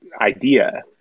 idea